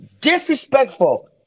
disrespectful